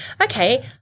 okay